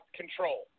control